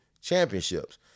championships